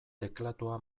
teklatua